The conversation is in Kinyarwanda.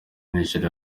nigeria